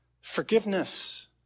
forgiveness